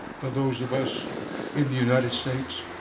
for those of us in the united states.